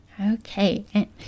Okay